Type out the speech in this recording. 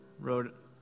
wrote